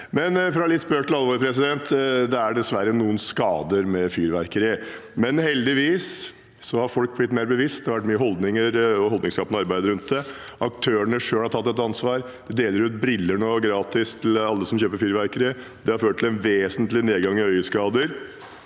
4147 Fra spøk til alvor: Det er dessverre noen skader med fyrverkeri, men heldigvis har folk blitt mer bevisst, og det har vært mye holdningsskapende arbeid rundt det. Aktørene selv har tatt et ansvar. Man deler nå ut briller gratis til alle som kjøper fyrverkeri. Det har ført til en vesentlig nedgang i øyeskader.